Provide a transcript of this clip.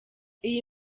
iyi